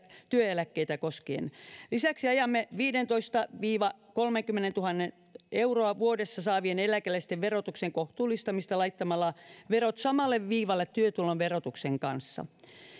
työeläkkeitä koskien lisäksi ajamme viisitoistatuhatta viiva kolmekymmentätuhatta euroa vuodessa saavien eläkeläisten verotuksen kohtuullistamista laittamalla verot samalle viivalle työtulon verotuksen kanssa